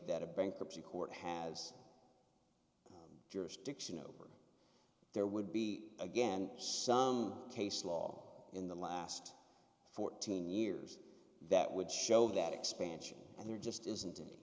that a bankruptcy court has jurisdiction over there would be again some case law in the last fourteen years that would show that expansion and there just isn't